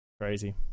crazy